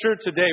today